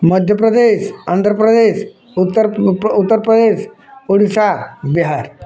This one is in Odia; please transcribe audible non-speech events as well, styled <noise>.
ମଧ୍ୟପ୍ରଦେଶ ଆନ୍ଧ୍ରପ୍ରଦେଶ <unintelligible> ଉତ୍ତରପ୍ରଦେଶ ଓଡ଼ିଶା ବିହାର